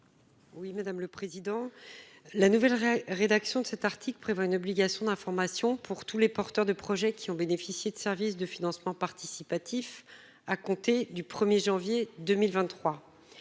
Oui madame le président. La nouvelle rédaction de cet article prévoit une obligation d'information pour tous les porteurs de projets qui ont bénéficié de services de financement participatif à compter du 1er janvier 2023.